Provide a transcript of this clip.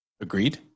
Agreed